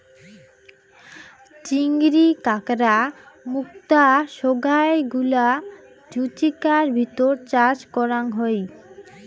চিংড়ি, কাঁকড়া, মুক্তা সোগায় গুলা জুচিকার ভিতর চাষ করাং হই